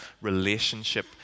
relationship